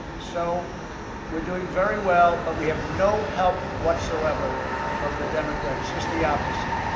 so we're doing very well, but we have no help whatsoever from the democrats just the opposite.